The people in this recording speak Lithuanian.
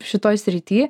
šitoj srity